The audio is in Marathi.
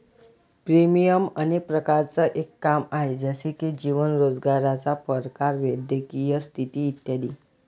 प्रीमियम अनेक प्रकारांचं एक काम आहे, जसे की जीवन, रोजगाराचा प्रकार, वैद्यकीय स्थिती इत्यादी